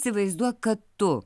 įsivaizduok kad tu